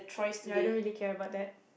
ya I don't really care about that